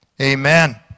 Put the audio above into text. Amen